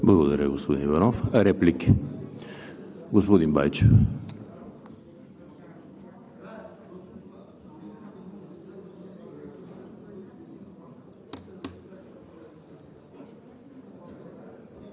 Благодаря, господин Иванов. Реплики? Господин Байчев